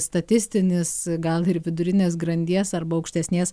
statistinis gal ir vidurinės grandies arba aukštesnės